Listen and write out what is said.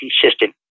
consistent